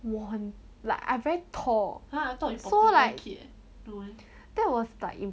我很 like I very tall so like that was like